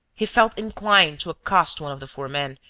he felt inclined to accost one of the four men,